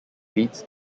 leads